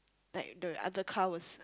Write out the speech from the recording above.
like the other car was